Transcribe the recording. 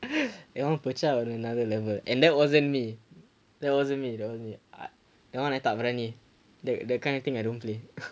that one pecah nyawa nyawa on another level and that wasn't me there wasn't me that wasn't me I that one I tak berani the the kind of thing I don't play